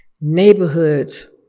neighborhoods